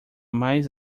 mais